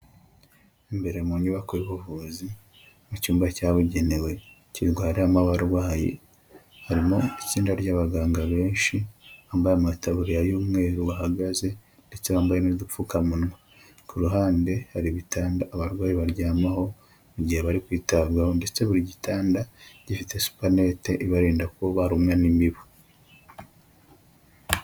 Imbere mu nyubako y'ubuvuzi, mu cyumba cyabugenewe kirwaramo abarwayi, harimo itsinda ry'abaganga benshi bambaye amataburiya y'umweru, bahagaze ndetse bambaye n'udupfukamunwa, ku ruhande hari ibitanda abarwayi baryamaho, mu gihe bari kwitabwaho, ndetse buri gitanda gifite supanete ibarinda ko barumwa n'imibu.